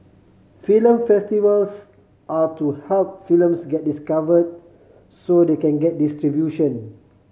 film festivals are to help films get discover so they can get distribution